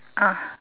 ah